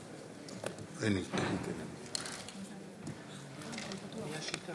גברתי היושבת-ראש, חברי חברי הכנסת,